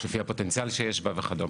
לפי הפוטנציאל שיש בה, וכדומה.